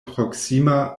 proksima